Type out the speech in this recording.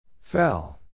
Fell